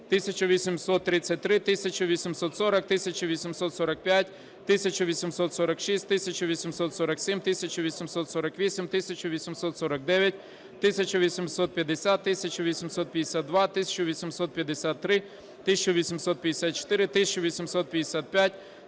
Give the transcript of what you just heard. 1833, 1840, 1845, 1846, 1847, 1848, 1849, 1850, 1852, 1853, 1854, 1855,